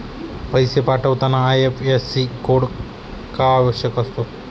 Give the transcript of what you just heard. पैसे पाठवताना IFSC code का आवश्यक असतो?